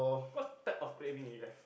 what time of craving you have